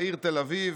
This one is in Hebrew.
בעיר תל-אביב,